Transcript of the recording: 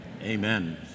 Amen